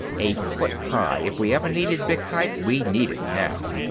a foot high. if we ever needed big type, we need it now!